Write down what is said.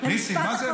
ניסים, מה זה?